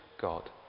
God